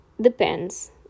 Depends